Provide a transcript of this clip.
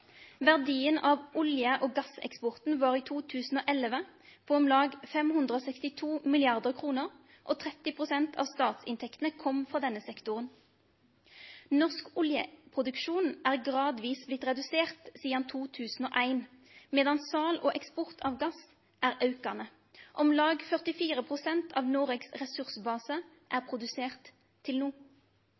Verdien av olje- og gasseksporten var i 2011 på om lag 562 mrd. kroner og 30 pst. av statsinntektene kom frå denne sektoren. Norsk oljeproduksjon er gradvis blitt redusert sidan 2001, medan sal og eksport av gass er aukande. Om lag 44 pst. av Noregs ressursbase er produsert til no.